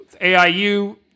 AIU